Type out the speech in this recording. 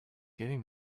giving